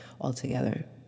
altogether